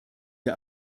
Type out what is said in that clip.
der